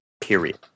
period